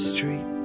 Street